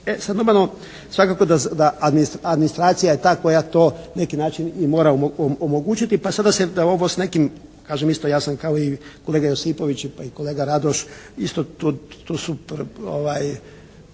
sada normalno svakako da administracija je ta koja to na neki način i mora omogućiti pa sada se … /Ne razumije se./ … kažem isto ja sam kao i kolega Josipović pa i kolega Radoš isto,